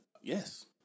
Yes